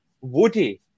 Woody